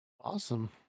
Awesome